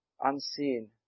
unseen